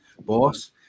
boss